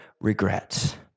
regrets